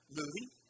movie